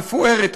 מפוארת,